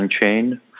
chain